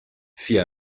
fit